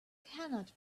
cannot